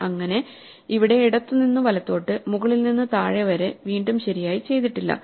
അങ്ങനെ ഇവിടെ ഇടത്തുനിന്ന് വലത്തോട്ട് മുകളിൽ നിന്ന് താഴെ വരെ വീണ്ടും ശരിയായി ചെയ്തിട്ടില്ല